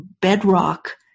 bedrock